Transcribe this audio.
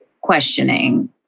questioning